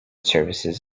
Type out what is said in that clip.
services